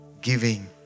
giving